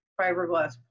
fiberglass